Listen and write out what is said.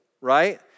right